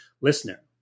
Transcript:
listener